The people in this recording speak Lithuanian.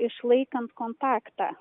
išlaikant kontaktą